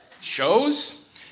Shows